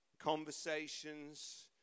conversations